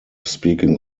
speaking